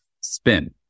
spin